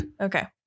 okay